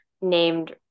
named